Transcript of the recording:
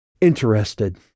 interested